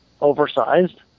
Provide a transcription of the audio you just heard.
oversized